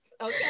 Okay